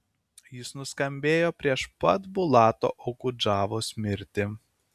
jis nuskambėjo prieš pat bulato okudžavos mirtį